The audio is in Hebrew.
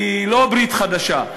היא לא ברית חדשה.